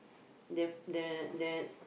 the there that